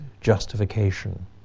justification